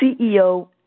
CEO